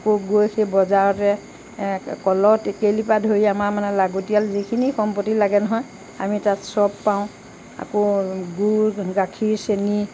আকৌ গৈ সেই বজাৰতে কলৰ টেকেলিৰ পৰা ধৰি আমাৰ মানে লাগতিয়াল যিখিনি সম্পত্তি লাগে নহয় আমি তাত সব পাওঁ আকৌ গুৰ গাখীৰ চেনি